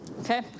Okay